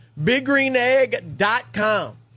BigGreenEgg.com